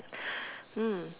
mm